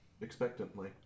expectantly